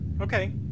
Okay